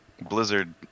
Blizzard